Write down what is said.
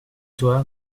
toi